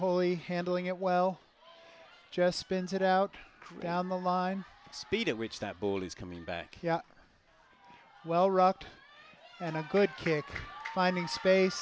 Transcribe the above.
holy handling it well just spins it out down the line speed at which that ball is coming back yeah well rocked and a good kick finding